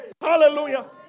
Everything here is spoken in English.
Hallelujah